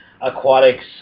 aquatics